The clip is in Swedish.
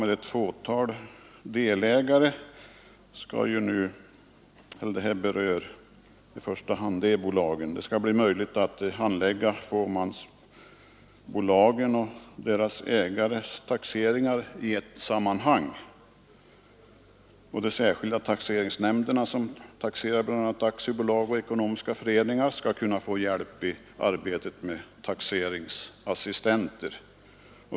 Det skall bli möjligt att handlägga fåmansbolagens — det här berör i första hand dem — och deras ägares taxeringar i ett sammanhang. De särskilda taxeringsnämnder som taxerar bl.a. aktiebolag och ekonomiska föreningar skall kunna få hjälp i arbetet av taxeringsassistenter.